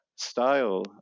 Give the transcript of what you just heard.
style